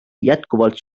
jätkuvalt